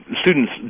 students